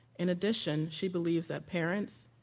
in addition, she believes that parents,